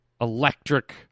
electric